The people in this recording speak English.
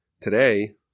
today